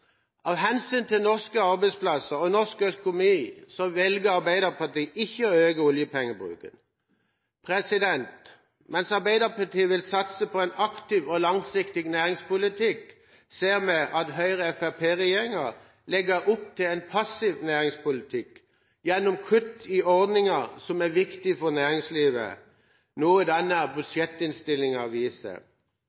Av hensyn til norske arbeidsplasser og norsk økonomi velger Arbeiderpartiet ikke å øke oljepengebruken. Mens Arbeiderpartiet vil satse på en aktiv og langsiktig næringspolitikk, ser vi at Høyre–Fremskrittsparti-regjeringa legger opp til en passiv næringspolitikk gjennom kutt i ordninger som er viktige for næringslivet, noe denne